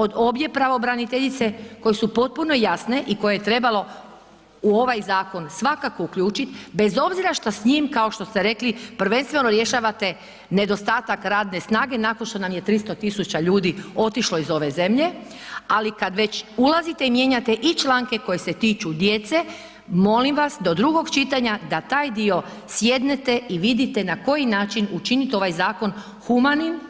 Od obje pravobraniteljice koje su potpuno jasne i koje je trebalo u ovaj zakon svakako uključiti, bez obzira što s njim, kao što ste rekli, prvenstveno rješavate nedostatak radne snage nakon što nam je 300 tisuća ljudi otišlo iz ove zemlje, ali kad već ulazite, mijenjate i članke koje se tiču djece, molim vas, do drugog čitanja da taj dio sjednete i vidite na koji način učiniti ovaj zakon humanim,